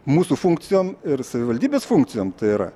mūsų funkcijom ir savivaldybės funkcijom tai yra